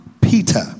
peter